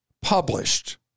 published